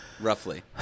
roughly